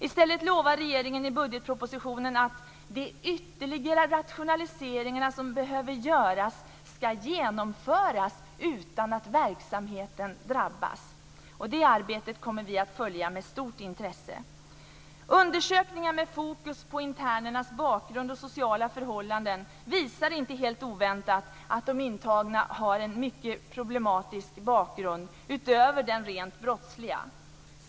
I stället lovar regeringen i budgetpropositionen att "de ytterligare rationaliseringar som behöver göras ska genomföras utan att verksamheten drabbas." Det arbetet kommer vi att följa med stort intresse. Undersökningar med fokus på internernas bakgrund och sociala förhållanden visar inte helt oväntat att intagna har en mycket problematisk bakgrund, utöver den rent brottsliga.